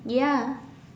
ya